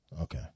Okay